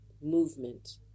movement